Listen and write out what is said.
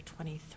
23